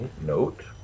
Note